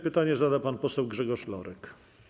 Pytanie zada pan poseł Grzegorz Lorek.